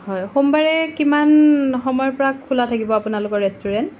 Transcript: হয় সোমবাৰে কিমান সময়ৰ পৰা খোলা থাকিব আপোনালোকৰ ৰেষ্টুৰেণ্ট